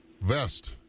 vest